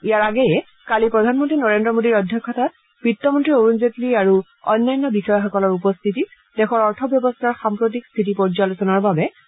ইয়াৰ আগেয়ে কালি প্ৰধানমন্ত্ৰী নৰেন্দ্ৰ মোডীৰ অধ্যক্ষতাত বিত্তমন্ত্ৰী অৰুণ জেটলী আৰু অন্যান্য বিষয়াসকলৰ উপস্থিতিত দেশৰ অৰ্থব্যৱস্থাৰ সাম্প্ৰতিক স্থিতি পৰ্যালোচনাৰ বাবে এখন বৈঠক অনুষ্ঠিত হৈছিল